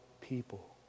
people